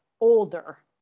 older